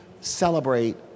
celebrate